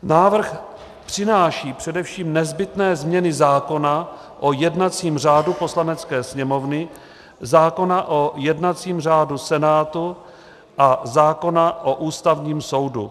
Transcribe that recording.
Návrh přináší především nezbytné změny zákona o jednacím řádu Poslanecké sněmovny, zákona o jednacím řádu Senátu a zákona o Ústavním soudu.